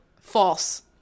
False